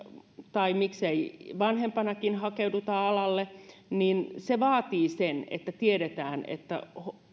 tai miksei vanhempanakin hakeuduta alalle vaatii sen että tiedetään että